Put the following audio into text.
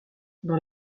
dans